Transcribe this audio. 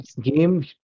game